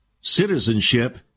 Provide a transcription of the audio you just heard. citizenship